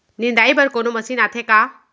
निंदाई बर कोनो मशीन आथे का?